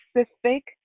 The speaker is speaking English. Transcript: specific